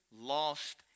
lost